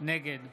נגד